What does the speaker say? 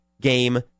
game